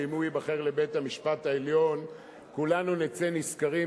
ואם הוא ייבחר לנשיא בית-המשפט העליון כולנו נצא נשכרים,